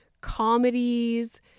comedies